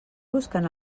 buscant